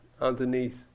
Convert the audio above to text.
underneath